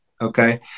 Okay